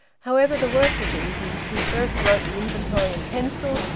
however, the work was easy. he first wrote the inventory in pencil,